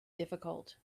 difficult